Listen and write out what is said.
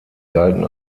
galten